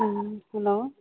ꯎꯝ hello